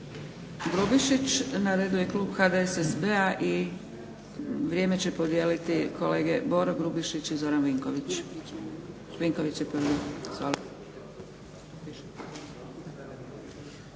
Grubišić. Na redu je klub HDSSB-a, i vrijeme će podijeliti kolege Boro Grubišić i Zoran Vinković.